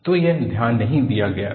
तो यह ध्यान नहीं दिया गया था